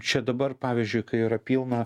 čia dabar pavyzdžiui kai yra pilna